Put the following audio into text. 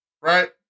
right